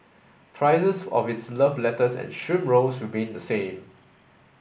prices of its love letters and shrimp rolls remain the same